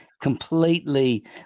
completely